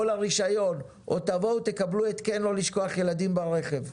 או לרישיון או תבואו ותקבלו התקן לא לשכוח ילדים ברכב.